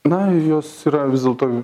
na jos yra vis dėlto